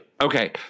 Okay